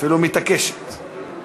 אפילו מתעקשת.